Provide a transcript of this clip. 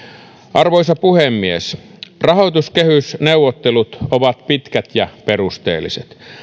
arvoisa puhemies rahoituskehysneuvottelut ovat pitkät ja perusteelliset